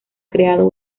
creado